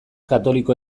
katoliko